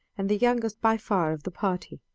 and the youngest by far of the party.